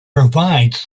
provides